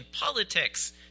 politics